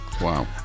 Wow